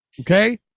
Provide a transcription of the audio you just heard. Okay